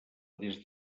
des